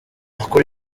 amakuru